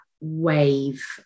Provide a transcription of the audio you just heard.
wave